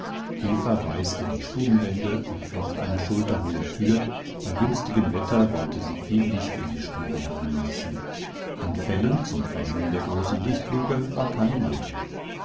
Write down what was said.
weißte die stubenwände und flocht eine schulterhohe tür bei günstigem wetter wollte sie viel licht in die stube hereinlassen an fellen zum verhängen der großen lichtluke war kein mangel